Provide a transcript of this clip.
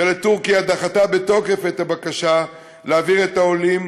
ממשלת טורקיה דחתה בתוקף את הבקשה להעביר את העולים,